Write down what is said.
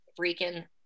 freaking